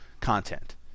content